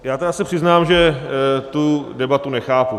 Já se přiznám, že tu debatu nechápu.